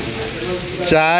କୁକୁର